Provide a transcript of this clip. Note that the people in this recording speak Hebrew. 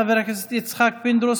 חבר הכנסת יצחק פינדרוס,